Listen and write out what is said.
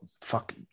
Fuck